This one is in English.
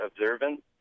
observance